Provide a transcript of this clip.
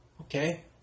Okay